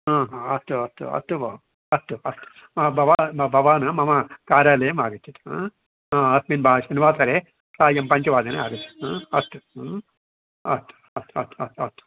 अस्तु अस्तु अस्तु भोः अस्तु अस्तु भवान् भवान् मम कार्यालयम् आगच्छतु अस्मिन् वा शनिवासरे सायं पञ्चवादने आगच्छतु अस्तु अस्तु अस्तु अस्तु अस्तु अस्तु